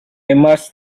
immerse